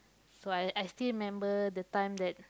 so I I still remember the time that